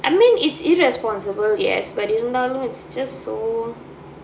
I mean it's irresponsible yes but இருந்தாளோ:irrunthaalo it's just so